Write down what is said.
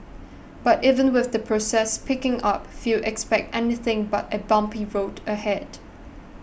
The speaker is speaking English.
but even with the process picking up few expect anything but a bumpy road ahead